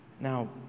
now